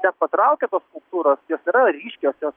nepatraukia tos skulptūros jos yra ryškios jos